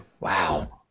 wow